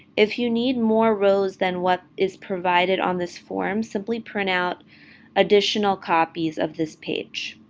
if you need more rows than what is provided on this form, simply print out additional copies of this page.